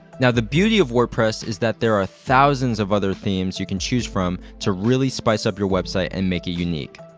now the beauty of wordpress is that there are thousands of other themes you can choose from to really spice up your website and make it unique.